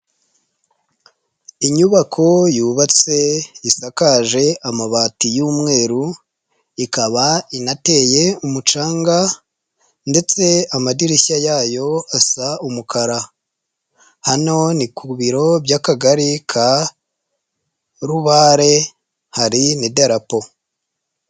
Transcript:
Inyubako yubatse isakaje amabati y'umweru, ikaba inateye umucanga ndetse amadirishya yayo asa umukara, hano ni ku biro by'Akagari ka Rubare hari n'idarapo.